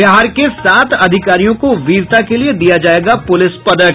बिहार के सात अधिकारियों को वीरता के लिए दिया जायेगा पुलिस पदक